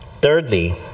Thirdly